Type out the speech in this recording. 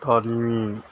تعلیم